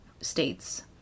states